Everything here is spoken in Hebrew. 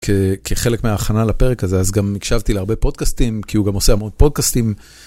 כחלק מההכנה לפרק הזה אז גם הקשבתי להרבה פודקאסטים כי הוא גם עושה המון פודקאסטים.